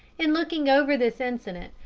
in looking over this incident,